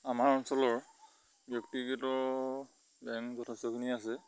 আমাৰ অঞ্চলৰ ব্যক্তিগত বেংক যথেষ্টখিনি আছে